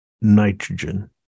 nitrogen